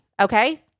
Okay